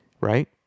Right